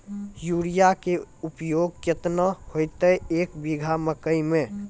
Urea के उपयोग केतना होइतै, एक बीघा मकई मे?